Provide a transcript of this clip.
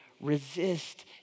resist